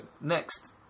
next